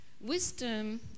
Wisdom